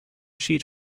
sheet